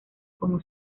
como